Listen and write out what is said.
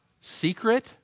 secret